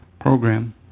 program